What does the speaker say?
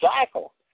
cycle